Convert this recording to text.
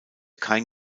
kein